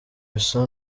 bisa